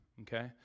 okay